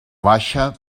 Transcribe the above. baixa